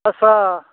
आथसा